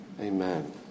Amen